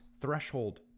threshold